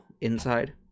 inside